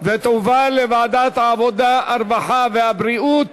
ותועבר לוועדת העבודה, הרווחה והבריאות